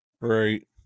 Right